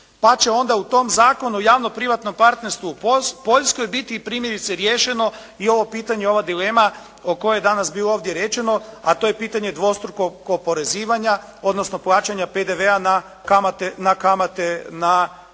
Pa će onda u tom Zakonu o javno-privatnom partnerstvu u Poljskoj biti primjerice riješeno i ovo pitanje, ova dilema o kojoj je ovdje bilo danas rečeno, a to je pitanje dvostrukog oporezivanja odnosno plaćanja PDV-a na kamate na kredit